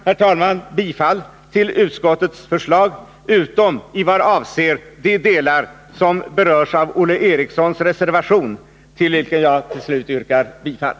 Jag yrkar bifall till utskottets hemställan utom i vad avser de delar som berörs av Olle Erikssons reservation, till vilken jag till slut yrkar bifall.